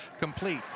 Complete